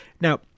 Now